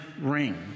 ring